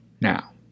now